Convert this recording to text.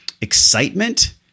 excitement